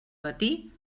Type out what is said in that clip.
matí